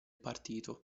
partito